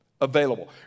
available